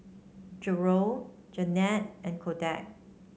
Jerrold Janette and Koda